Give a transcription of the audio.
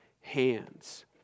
hands